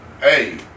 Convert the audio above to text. hey